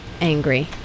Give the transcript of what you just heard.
angry